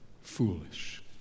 foolish